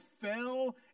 fell